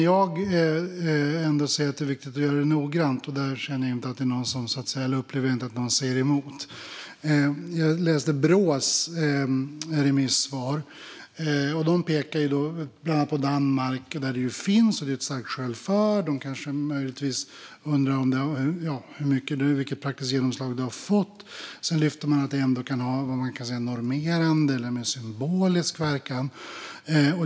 Jag säger att det är viktigt att göra detta noggrant, och där upplever jag inte att det är någon som säger emot. Jag läste Brås remissvar, och de pekar bland annat på Danmark där denna typ av lagstiftning redan finns, vilket är ett starkt skäl för att införa den även här. Brå undrar möjligtvis vilket praktiskt genomslag den har fått och lyfter sedan fram att den kan ha normerande eller mer symbolisk verkan.